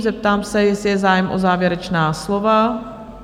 Zeptám se, jestli je zájem o závěrečná slova?